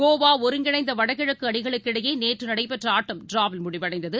கோவா ஒருங்கிணைந்தவடகிழக்குஅணிகளுக்கு இடையேநேற்றுநடைபெற்றஆட்டம் டிராவில் முடிவடைந்தது